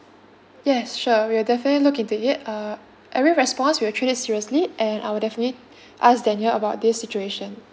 yes sure we'll definitely look into it uh every response we'll treat it seriously and I will definitely ask daniel about this situation